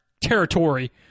territory